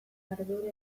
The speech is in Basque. ardura